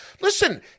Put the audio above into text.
listen